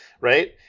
right